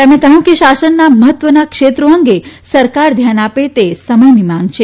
તેમણે કહયું કે શાસનના મહત્વના ક્ષેત્રો અંગે સરકાર ધ્યાન આપે તે સમયની માંગ છે